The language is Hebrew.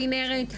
כנרת,